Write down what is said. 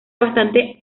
bastante